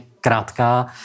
krátká